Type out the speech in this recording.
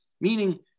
Meaning-